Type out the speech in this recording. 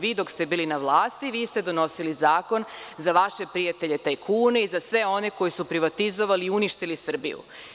Vi dok ste bili na vlasti, vi ste donosili zakon za vaše prijatelje tajkune i za sve one koji su privatizovali i uništili Srbiju.